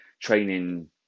training